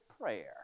prayer